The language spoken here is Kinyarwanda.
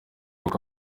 uko